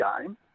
game